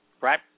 right